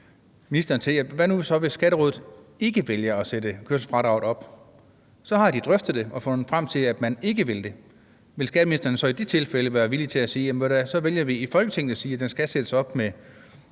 Hvad nu hvis Skatterådet ikke vælger at sætte kørselsfradraget op? Så har de drøftet det og altså fundet frem til, at de ikke vil det. Vil skatteministeren så i det tilfælde være villig til at sige, at så vælger vi i Folketinget, at satsen skal sættes op med